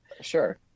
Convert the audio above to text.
Sure